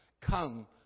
come